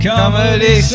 Comedy